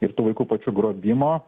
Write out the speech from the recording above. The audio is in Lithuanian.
ir tų vaikų pačių grobimo